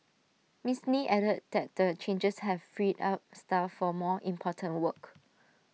miss lee added that the changes have freed up staff for more important work